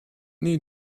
need